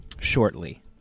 Shortly